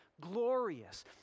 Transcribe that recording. glorious